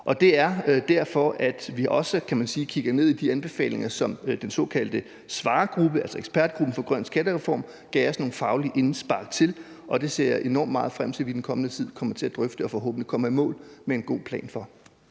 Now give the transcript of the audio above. Og det er også derfor, at vi, kan man sige, kigger ned i de anbefalinger, som det såkaldte Svarerudvalg, altså ekspertgruppen for en grøn skattereform, gav os nogle faglige indspark til, og det ser jeg enormt meget frem til at vi i den kommende tid kommer til at drøfte og forhåbentlig kommer i mål med en god plan for.